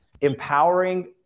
empowering